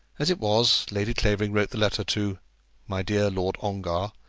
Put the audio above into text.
as it was, lady clavering wrote the letter to my dear lord ongar,